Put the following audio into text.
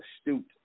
astute